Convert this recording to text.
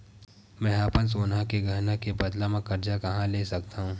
मेंहा अपन सोनहा के गहना के बदला मा कर्जा कहाँ ले सकथव?